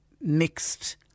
mixed